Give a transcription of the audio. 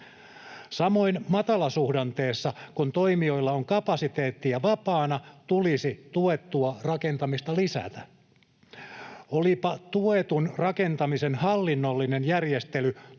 Samoin matalasuhdanteessa, kun toimijoilla on kapasiteettia vapaana, tulisi tuettua rakentamista lisätä. Olipa tuetun rakentamisen hallinnollinen järjestely tulevina